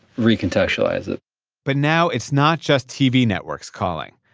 recontextualize it but now it's not just tv networks calling.